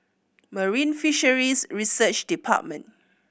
Marine Fisheries Research Department